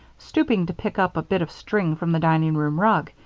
stooping to pick up a bit of string from the dining-room rug,